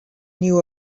new